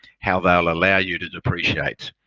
how they'll allow you to depreciate.